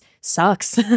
sucks